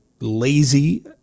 lazy